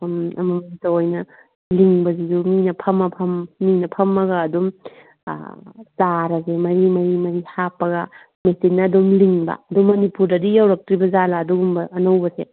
ꯑꯃꯃꯝꯇ ꯑꯣꯏꯅ ꯂꯤꯡꯕꯁꯤꯁꯨ ꯃꯤꯅ ꯃꯤꯅ ꯐꯝꯃꯒ ꯑꯗꯨꯝ ꯆꯥꯔꯁꯤ ꯃꯔꯤ ꯃꯔꯤ ꯃꯔꯤ ꯍꯥꯞꯄꯒ ꯃꯦꯆꯤꯟꯅ ꯑꯗꯨꯝ ꯂꯤꯡꯕ ꯑꯗꯨ ꯃꯅꯤꯄꯨꯔꯗꯗꯤ ꯌꯧꯔꯛꯇ꯭ꯔꯤꯕꯖꯥꯠꯂ ꯑꯗꯨꯒꯨꯝꯕ ꯑꯅꯧꯕꯁꯦ